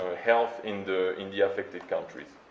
ah health in the in the infected countries.